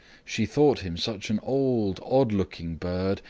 she thought him such an old, odd-looking bird,